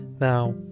Now